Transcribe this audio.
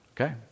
okay